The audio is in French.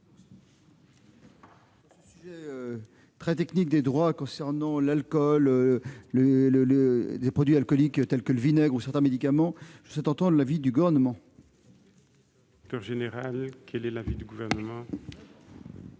Sur ce sujet très technique des droits concernant l'alcool et les produits alcooliques tels que le vinaigre ou certains médicaments, la commission souhaite entendre l'avis du Gouvernement. Quel est l'avis du Gouvernement ?